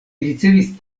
ricevis